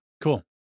Cool